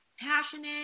passionate